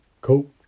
Cool